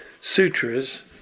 sutras